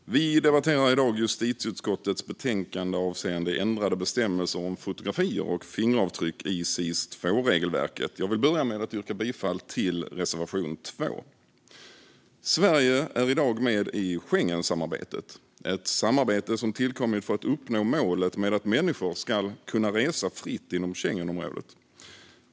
Fru talman! Vi debatterar i dag justitieutskottets betänkande avseende ändrade bestämmelser om fotografier och fingeravtryck i SIS II-regelverket. Jag vill börja med att yrka bifall till reservation 2. Sverige är i dag med i Schengensamarbetet, ett samarbete som tillkommit för att uppnå målet med att människor ska kunna resa fritt inom Schengenområdet.